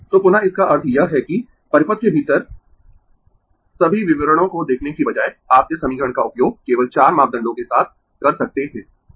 तो पुनः इसका अर्थ यह है कि परिपथ के भीतर सभी विवरणों को देखने की बजाय आप इस समीकरण का उपयोग केवल 4 मापदंडों के साथ कर सकते है